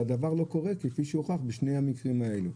אבל דבר לא קורה כפי שהוכח בשני המקרים האלה.